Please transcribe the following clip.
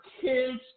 kids